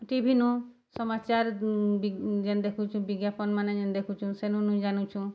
TV ନୁ ସମାଚାର୍ ଯେନ୍ ଦେଖୁଛୁଁ ବିଜ୍ଞାପନ୍ମାନେ ଯେନ୍ ଦେଖୁଛୁଁ ସେନୁନୁ ଜାନୁଛୁଁ